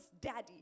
Daddy